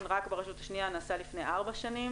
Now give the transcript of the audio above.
רק ברשות השניה נעשה לפני ארבע שנים